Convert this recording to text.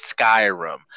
Skyrim